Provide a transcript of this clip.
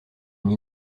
une